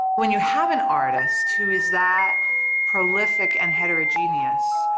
when you have an artist who is that prolific and heterogeneous,